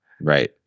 Right